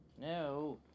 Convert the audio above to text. No